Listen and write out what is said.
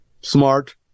Smart